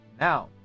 Now